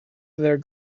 their